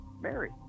Mary